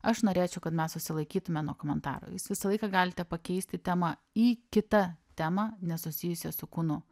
aš norėčiau kad mes susilaikysime nuo komentarų ir jis visą laiką galite pakeisti temą į kitą temą nesusijusią su kūnu